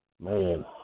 man